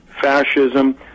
fascism